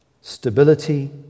stability